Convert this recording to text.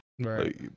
right